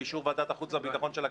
באישור ועדת החוץ והביטחון של הכנסת,